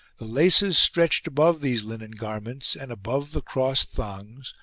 the laces stretched above these linen garments and above the crossed thongs,